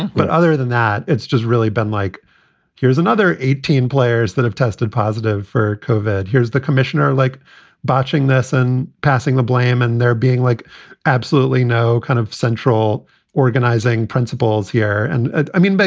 but other than that, it's just really been like here's another eighteen players that have tested positive for covid. here's the commissioner, like botching this and passing the blame and there being like absolutely no kind of central organizing principles here. and i mean, but